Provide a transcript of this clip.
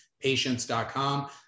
patients.com